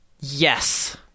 Yes